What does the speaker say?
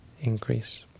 increase